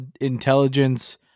intelligence